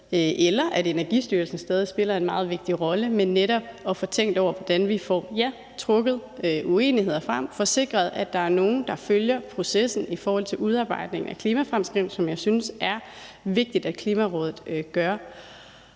eller at Energistyrelsen stadig spiller en meget vigtig rolle, men netop at få tænkt over, hvordan vi får trukket uenigheder frem, får sikret, at der er nogle, der følger processen i forhold til udarbejdning af klimafremskrivningen, hvad jeg synes er vigtigt at Klimarådet gør.